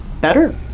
better